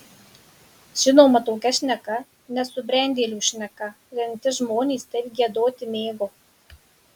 žinoma tokia šneka nesubrendėlių šneka rimti žmonės taip giedoti mėgo